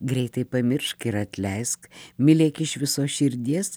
greitai pamiršk ir atleisk mylėk iš visos širdies